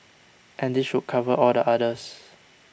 and this should cover all the others